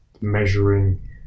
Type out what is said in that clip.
measuring